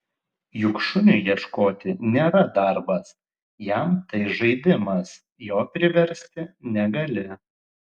juk šuniui ieškoti nėra darbas jam tai žaidimas jo priversti negali